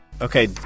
Okay